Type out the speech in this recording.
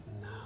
now